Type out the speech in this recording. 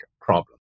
problem